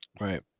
Right